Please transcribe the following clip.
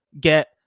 get